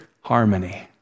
harmony